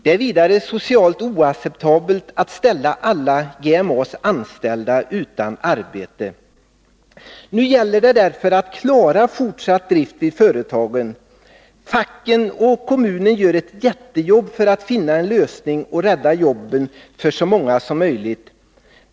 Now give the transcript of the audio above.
Det är vidare socialt oacceptabelt att ställa alla GMA:s anställda utan arbete. Nu gäller det därför att klara fortsatt drift vid företaget. Facken och kommunen gör ett jättejobb för att finna en lösning och rädda jobben för så många som möjligt.